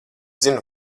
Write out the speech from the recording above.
zinu